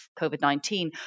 COVID-19